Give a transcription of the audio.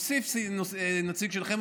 נוסיף נציג שלכם,